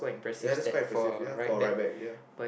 ya that impressive ya for a ride back ya